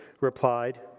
replied